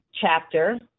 Chapter